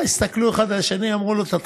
הסתכלו אחד על השני, אמרו לו: תתחיל.